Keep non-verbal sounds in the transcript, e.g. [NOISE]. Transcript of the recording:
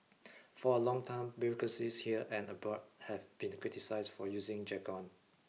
[NOISE] for a long time bureaucracies here and abroad have been criticized for using jargon